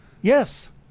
Yes